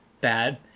bad